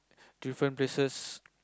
different places